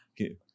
Okay